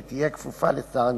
שתהיה כפופה לשר המשפטים.